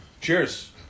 Cheers